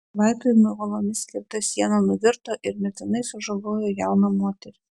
laipiojimui uolomis skirta siena nuvirto ir mirtinai sužalojo jauną moterį